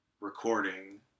recording